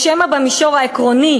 או שמא במישור העקרוני,